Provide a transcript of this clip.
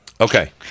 Okay